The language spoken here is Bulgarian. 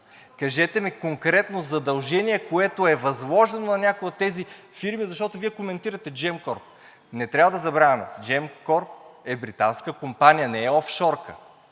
кажете ми конкретно задължение, което е възложено на някоя от тези фирми, защото Вие коментирате Gemcorp. Не трябва да забравяме, Gemcorp е британска компания, не е офшорка.